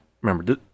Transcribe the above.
remember